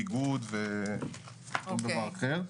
ביגוד וכל דבר אחר,